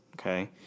okay